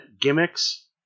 gimmicks